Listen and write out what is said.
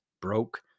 broke